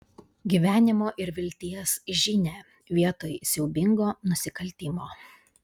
gyvenimo ir vilties žinią vietoj siaubingo nusikaltimo